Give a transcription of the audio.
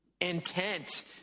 intent